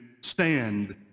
stand